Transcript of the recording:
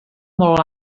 molt